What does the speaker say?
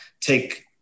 take